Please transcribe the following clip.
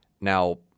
Now